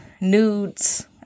nudes